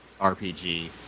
RPG